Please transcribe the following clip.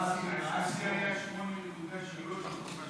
היה 8.3% בתקופה שלכם.